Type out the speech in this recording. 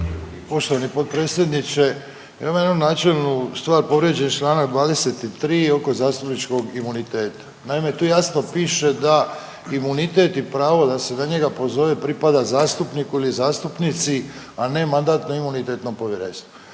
Poštovani potpredsjedniče, ja imam jednu načelnu stvar, povrijeđen je čl. 23. oko zastupničkog imuniteta. Naime tu jasno piše da imunitet i pravo da se na njega pozove pripada zastupniku ili zastupnici, a ne MIP-u. Ovo govorim